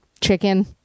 chicken